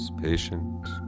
patient